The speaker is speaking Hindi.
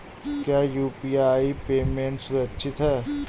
क्या यू.पी.आई पेमेंट सुरक्षित है?